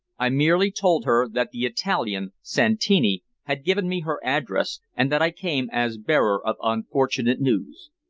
i merely told her that the italian santini had given me her address and that i came as bearer of unfortunate news.